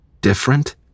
different